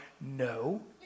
no